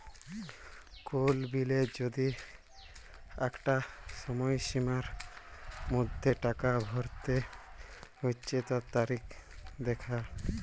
কোল বিলের যদি আঁকটা সময়সীমার মধ্যে টাকা ভরতে হচ্যে তার তারিখ দ্যাখা